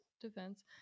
defense